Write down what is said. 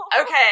Okay